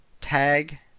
Tag